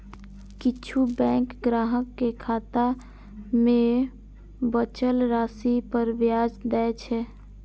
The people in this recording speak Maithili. किछु बैंक ग्राहक कें खाता मे बचल राशि पर ब्याज दै छै